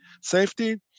safety